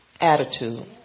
attitude